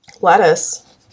Lettuce